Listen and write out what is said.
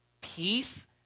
peace